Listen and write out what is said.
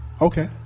Okay